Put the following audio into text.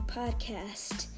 podcast